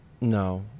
No